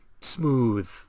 smooth